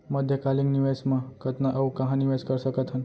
मध्यकालीन निवेश म कतना अऊ कहाँ निवेश कर सकत हन?